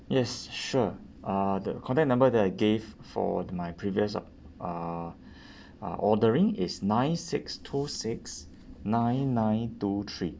yes sure uh the contact number that I gave for my previous uh uh ordering is nine six two six nine nine two three